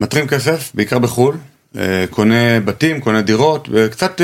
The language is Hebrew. מתרים כסף בעיקר בחור, קונה בתים, קונה דירות, קצת